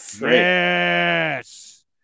Yes